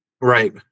right